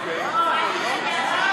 ומי נגד?